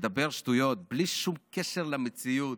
לדבר שטויות בלי שום קשר למציאות,